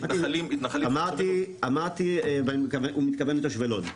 הוא מתכוון לתושבי לוד.